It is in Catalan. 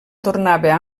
tornava